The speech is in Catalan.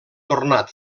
tornat